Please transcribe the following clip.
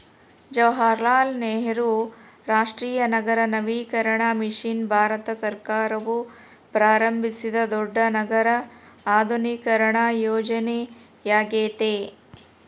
ಜವಾಹರಲಾಲ್ ನೆಹರು ರಾಷ್ಟ್ರೀಯ ನಗರ ನವೀಕರಣ ಮಿಷನ್ ಭಾರತ ಸರ್ಕಾರವು ಪ್ರಾರಂಭಿಸಿದ ದೊಡ್ಡ ನಗರ ಆಧುನೀಕರಣ ಯೋಜನೆಯ್ಯಾಗೆತೆ